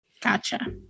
gotcha